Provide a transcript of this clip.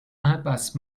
impasse